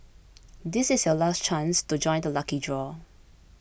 this is your last chance to join the lucky draw